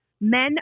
men